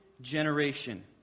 generation